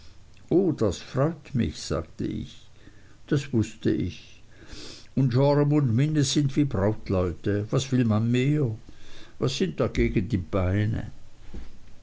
o das freut mich sagte ich das wußte ich und joram und minnie sind wie brautleute was will man mehr was sind dagegen die beine